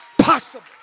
possible